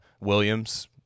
Williams